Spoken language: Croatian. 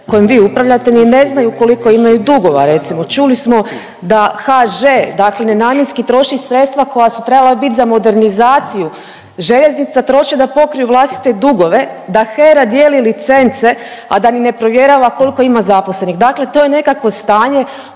kojim vi upravljate ni ne znaju koliko imaju dugova recimo, čuli smo da HŽ dakle nenamjenski troši sredstva koja su trebala bit za modernizaciju željeznica, troše da pokriju vlastite dugove, da HERA dijeli licence, a da ni ne provjerava koliko ima zaposlenih, dakle to je nekakvo stanje,